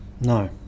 No